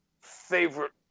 favorite